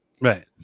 Right